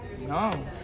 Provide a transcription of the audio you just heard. no